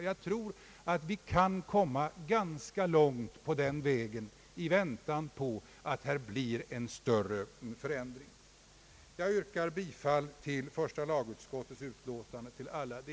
Jag tror vi kan komma ganska långt på den vägen i väntan på en större förändring. Herr talman! Jag yrkar bifall till första lagutskottets utlåtande.